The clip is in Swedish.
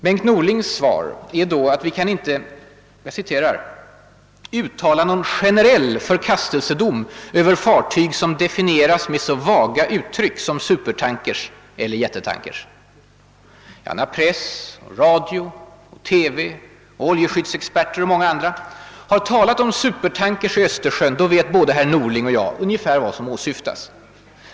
Bengt Norlings svar är då att vi inte kan »uttala någon generell förkastelsedom över fartyg som definieras med så vaga uttryck som supertankers eller jättetankers». När press, radio, TV, oljeskyddsexperter och många andra har talat om »supertankers» i Östersjön vet både herr Norling och jag ungefär vad som åsyftas.